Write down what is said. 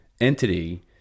entity